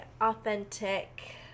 authentic